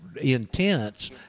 intense